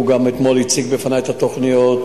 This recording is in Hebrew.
הוא גם אתמול הציג בפני את התוכניות,